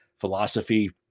philosophy